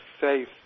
faith